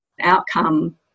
outcome